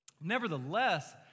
nevertheless